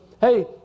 hey